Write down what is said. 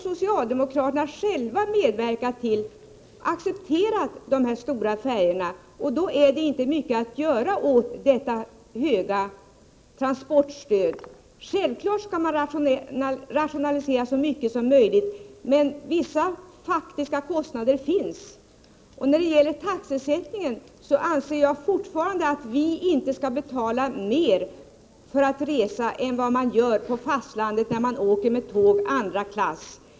Socialdemokraterna har själva accepterat dessa stora färjor, och då är det ju inte så mycket att göra åt det höga transportstödet. Självfallet skall man rationalisera så mycket som möjligt, men vissa faktiska kostnader finns ändå. Beträffande taxesättningen anser jag fortfarande att vi på Gotland inte skall betala mer för att resa än vad man gör på fastlandet när man där åker med tåg andra klass.